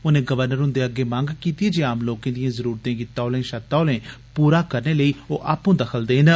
उनें गवर्नर हुन्दे अग्गै मंग कीती ते आम लोकें दिएं जरुरतें गी तौले शा तौले पूरा करने लेई ओ आपूं दखल देन